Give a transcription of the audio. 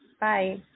Bye